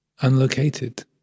unlocated